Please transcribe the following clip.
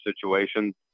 situation